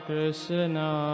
Krishna